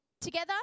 Together